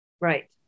Right